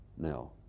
Now